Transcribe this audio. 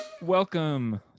Welcome